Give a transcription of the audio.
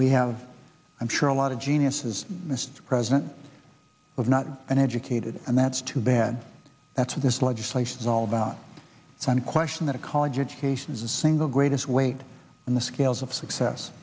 we have i'm sure a lot of geniuses mr president of not an educated and that's too bad that's what this legislation is all about some question that a college education is the single greatest weight on the scales of success